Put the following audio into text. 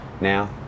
now